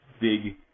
big